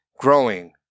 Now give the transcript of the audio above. growing